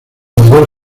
mayor